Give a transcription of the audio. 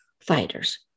Fighters